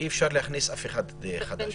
ואי-אפשר להוסיף אף אחד חדש.